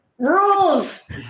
Rules